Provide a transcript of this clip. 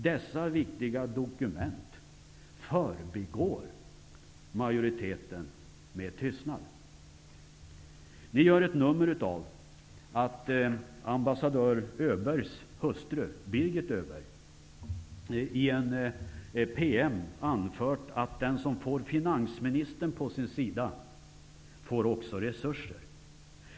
Dessa viktiga dokument förbigår majoriteten med tystnad. Ni gör ett nummer av att ambassadör Öbergs hustru, Birgit Öberg, i en PM anfört att den som får finansministern på sin sida också får resurser.